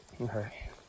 Okay